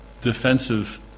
defensive